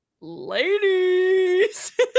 ladies